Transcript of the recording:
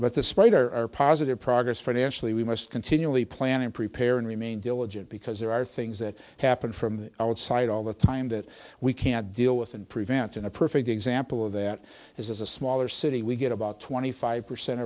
but the spider positive progress financially we must continually plan and prepare and remain diligent because there are things that happen from the outside all the time that we can't deal with and prevent in a perfect example of that is a smaller city we get about twenty five percent